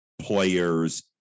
players